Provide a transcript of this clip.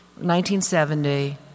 1970